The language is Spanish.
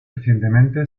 recientemente